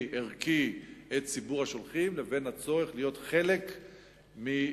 וערכי את ציבור השולחים לבין הצורך להיות חלק ממפלגה.